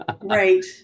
Right